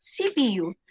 CPU